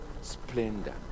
splendor